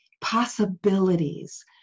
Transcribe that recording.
possibilities